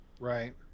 Right